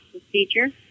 procedure